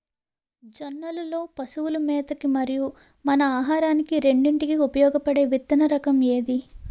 జొన్నలు లో పశువుల మేత కి మరియు మన ఆహారానికి రెండింటికి ఉపయోగపడే విత్తన రకం ఏది?